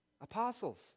apostles